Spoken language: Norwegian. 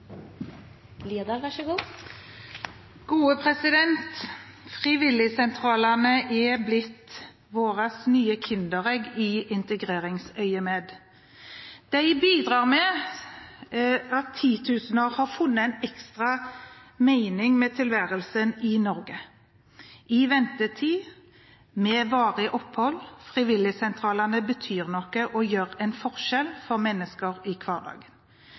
blitt våre nye kinderegg i integreringsøyemed. De bidrar til at titusener har funnet en ekstra mening med tilværelsen i Norge – i ventetid, med varig opphold, betyr frivilligsentralene noe og gjør en forskjell for mennesker i hverdagen.